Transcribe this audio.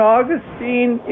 Augustine